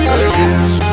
again